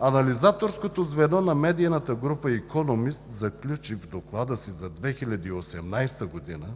анализаторското звено на медийната група „Икономист“ заключи в доклада си за 2018 г.,